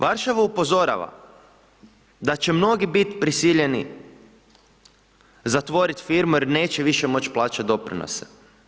Varšava upozorava da će mnogi biti prisiljeni zatvoriti firmu jer neće više moći plaćati doprinose.